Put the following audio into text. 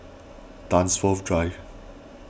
Dunsfold Drive